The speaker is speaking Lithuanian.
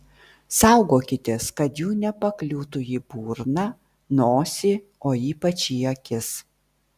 saugokitės kad jų nepakliūtų į burną nosį o ypač į akis